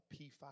P5